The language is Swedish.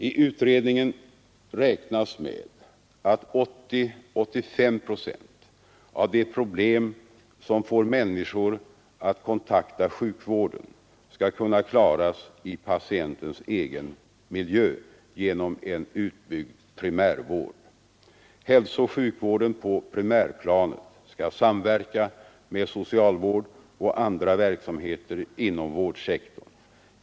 I utredningen räknas med att 80—85 procent av de problem som får människor att kontakta sjukvården skall kunna klaras i patientens egen miljö genom en utbyggd primärvård. Hälsooch sjukvården på primärplanet skall samverka med socialvård och andra verksamheter inom vårdsektorn.